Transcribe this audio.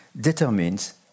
determines